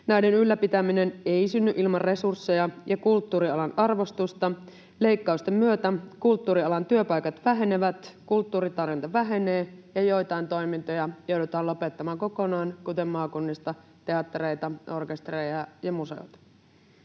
Näiden ylläpitäminen ei synny ilman resursseja ja kulttuurialan arvostusta. Leikkausten myötä kulttuurialan työpaikat vähenevät, kulttuuritarjonta vähenee ja joitain toimintoja joudutaan lopettamaan kokonaan, kuten maakunnista teattereita, orkestereita ja museoita.